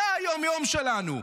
זה היום-יום שלנו.